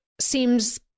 seems